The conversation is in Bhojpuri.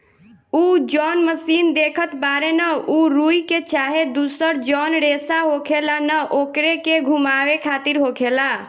उ जौन मशीन देखत बाड़े न उ रुई के चाहे दुसर जौन रेसा होखेला न ओकरे के घुमावे खातिर होखेला